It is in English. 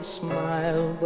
smile